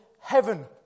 Heaven